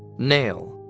nail?